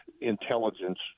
intelligence